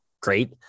great